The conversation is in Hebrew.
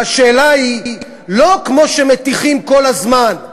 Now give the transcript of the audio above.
והשאלה היא לא כמו שמטיחים כל הזמן,